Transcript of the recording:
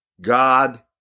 God